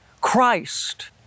Christ